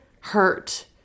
hurt